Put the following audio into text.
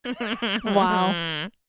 Wow